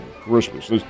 Christmas